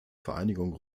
vereinigung